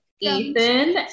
Ethan